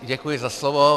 Děkuji za slovo.